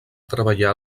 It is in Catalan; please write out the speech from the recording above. treballar